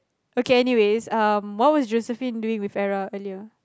okay anyways um what was Josephine doing with Vera earlier